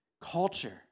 culture